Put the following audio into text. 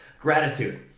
gratitude